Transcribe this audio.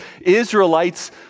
Israelites